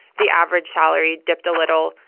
the average salary dipped a little.